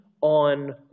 on